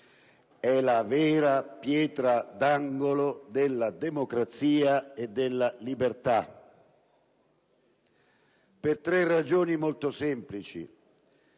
è la vera pietra d'angolo della democrazia e della libertà per tre ragioni molto semplici.